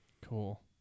cool